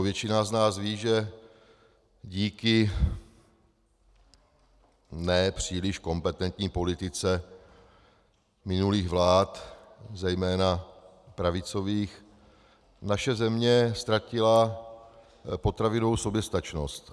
Většina z nás ví, že díky nepříliš kompetentní politice minulých vlád, zejména pravicových, naše země ztratila potravinovou soběstačnost.